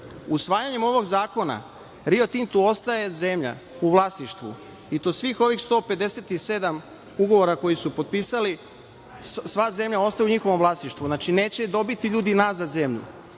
Usvajanjem ovog zakona Rio Tintu ostaje zemlja u vlasništvu i to svih ovih 157 ugovora koji su potpisali, sva zemlja ostaje u njihovom vlasništvu, znači, neće dobiti ljudi nazad zemlju.